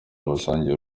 basangiye